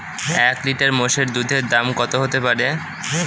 এক লিটার মোষের দুধের দাম কত হতেপারে?